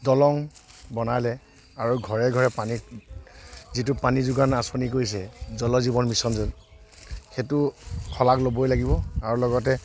দলং বনালে আৰু ঘৰে ঘৰে পানীৰ যিটো পানী যোগান আঁচনি কৰিছে জল জীৱন মিছন সেইটো শলাগ ল'বই লাগিব আৰু লগতে